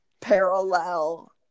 parallel